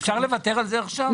אפשר לוותר על זה עכשיו?